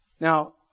Now